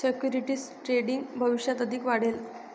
securities trading भविष्यात अधिक वाढेल